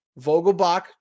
Vogelbach